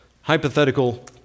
hypothetical